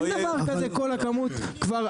אין דבר כזה כל הכמות כבר,